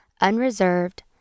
unreserved